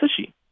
sushi